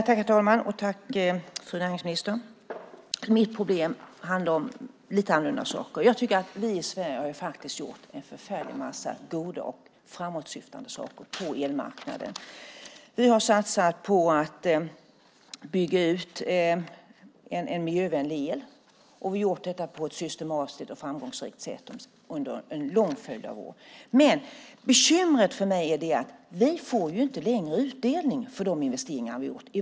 Herr talman! Tack, fru näringsminister! Mitt problem handlar om lite andra saker. Jag tycker att vi i Sverige faktiskt har gjort en förfärlig massa goda och framåtsyftande saker på elmarknaden. Vi har satsat på att bygga ut en miljövänlig el, och vi har gjort detta på ett systematiskt och framgångsrikt sätt under en lång följd av år. Men bekymret för mig är att vi inte längre får utdelning på de investeringar vi har gjort.